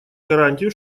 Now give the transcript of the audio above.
гарантию